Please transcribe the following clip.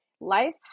life